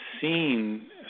seen